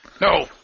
No